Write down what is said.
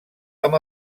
amb